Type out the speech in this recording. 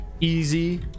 easy